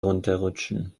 runterrutschen